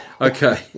Okay